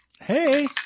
hey